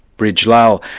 brij lal,